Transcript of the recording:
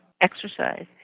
exercise